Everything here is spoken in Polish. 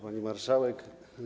Pani Marszałek!